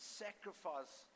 sacrifice